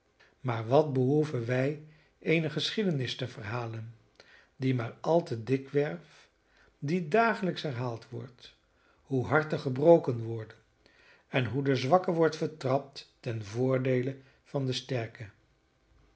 maar wat behoeven wij eene geschiedenis te verhalen die maar al te dikwerf die dagelijks herhaald wordt hoe harten gebroken worden en hoe de zwakke wordt vertrapt ten voordeele van den sterke